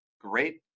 great